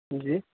جی